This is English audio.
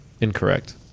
Incorrect